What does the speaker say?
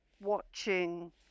watching